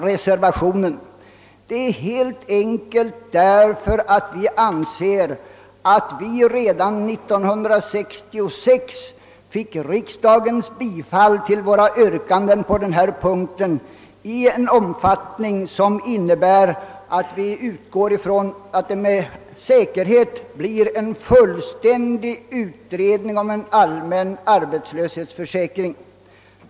Anledningen härtill är helt enkelt att vi anser att vi redan år 1966 fick riksdagens bifall till våra yrkanden på denna punkt i en sådan omfattning att vi utgår från att det med säkerhet blir en fullständig utredning om en allmän arbetslöshetsförsäkring.